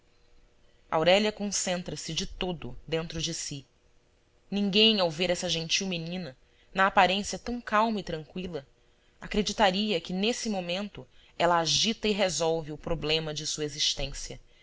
aurélia concentra se de todo dentro de si ninguém ao ver essa gentil menina na aparência tão calma e tranqüila acreditaria que nesse momento ela agita e resolve o problema de sua existência